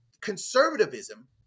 conservatism